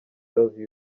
love